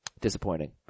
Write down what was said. disappointing